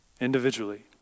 individually